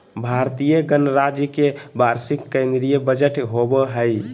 भारतीय गणराज्य के वार्षिक केंद्रीय बजट होबो हइ